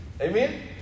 Amen